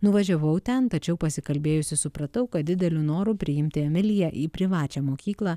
nuvažiavau ten tačiau pasikalbėjusi supratau kad dideliu noru priimti emiliją į privačią mokyklą